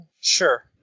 Sure